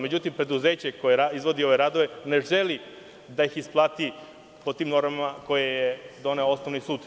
Međutim, preduzeće koje izvodi ove radove ne želi da ih isplati po tim normama koje je doneo Osnovi sud.